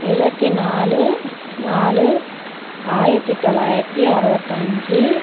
இருபத்தி நாலு நாலு ஆயிரத்தி தொள்ளாயிரத்தி அறுபத்தஞ்சி